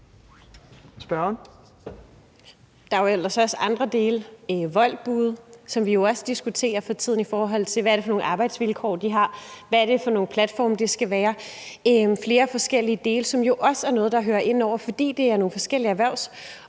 Der er jo ellers også andre ting, f.eks. Woltbude, som vi diskuterer for tiden, i forhold til hvad det er for nogle arbejdsvilkår, de har, og hvad det er for nogle platforme, der skal være. Der er flere forskellige dele, som jo også er noget, der hører ind under det her, fordi det drejer sig om nogle forskellige områder,